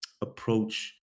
approach